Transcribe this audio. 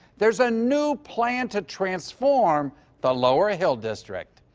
there is a new plan to transform the lower hill district.